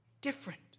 different